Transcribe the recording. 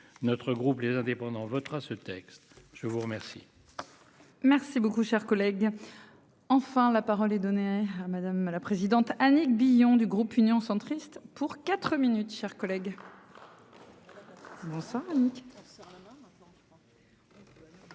Notre groupe les indépendants votera ce texte. Je vous remercie. Merci beaucoup, cher collègue. Enfin, la parole est donnée à madame la présidente Annick Billon du groupe Union centriste pour 4 minutes, chers collègues. Je n'avais